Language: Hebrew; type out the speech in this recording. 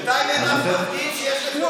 בינתיים אין עוד אף מפגין שיש נגדו כתב אישום.